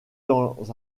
dans